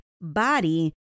body